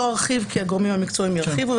אני לא ארחיב כי הגורמים המקצועיים ירחיבו,